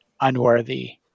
unworthy